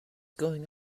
going